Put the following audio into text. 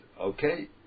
okay